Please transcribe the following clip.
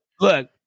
Look